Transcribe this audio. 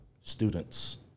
students